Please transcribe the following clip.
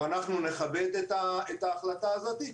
ואנחנו נכבד את ההחלטה הזאת.